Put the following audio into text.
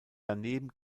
daneben